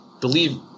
believe